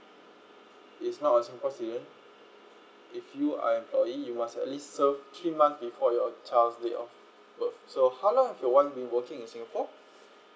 is not a singapore citizen if you are employee you must at least serve three months before your child's date of birth so how long have your wife been working in singapore